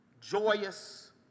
joyous